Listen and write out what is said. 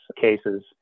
cases